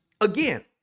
again